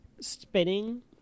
spinning